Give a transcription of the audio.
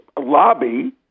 lobby